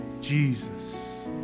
Jesus